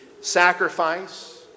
sacrifice